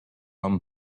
rum